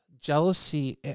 jealousy